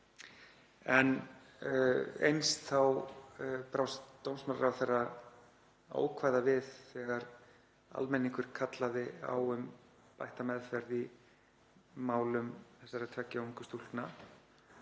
Eins brást dómsmálaráðherra ókvæða við þegar almenningur kallaði á bætta meðferð í málum þessara tveggja ungu stúlkna